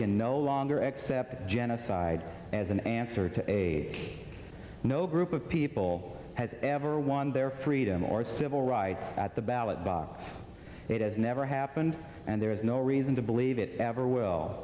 can no longer accept genocide as an answer to a no group of people has ever won their freedom or civil rights at the ballot box it has never happened and there is no reason to believe it ever will